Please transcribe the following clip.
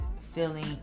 feeling